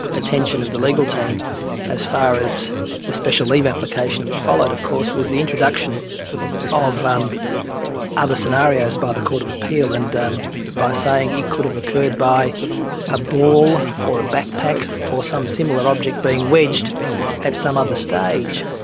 attention of the legal team as far as the special leave application which followed of course was the introduction of um other scenarios by the court of appeal, and by saying it could have occurred by a ball or a backpack or some similar objects being wedged at some other stage.